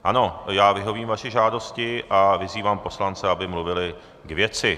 Ano, já vyhovím vaší žádosti a vyzývám poslance, aby mluvili k věci.